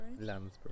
Lansbury